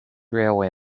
railway